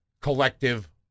collective